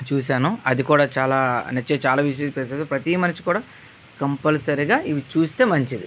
చూశాను అది కూడా చాలా నచ్చే చాలా ప్రతి మనిషి కూడా కంపల్సరిగా ఇవి చూస్తే మంచిది